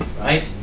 right